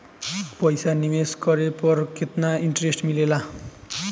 पईसा निवेश करे पर केतना इंटरेस्ट मिलेला?